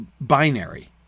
binary